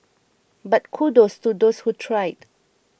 but kudos to those who tried